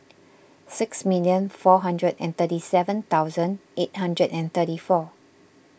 six million four hundred and thirty seven thousand eight hundred and thirty four